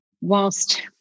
whilst